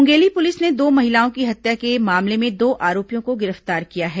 Mungeli police ने दो महिलाओं की हत्या के मामले में दो आरोपियों को गिरफ्तार किया है